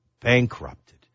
bankrupted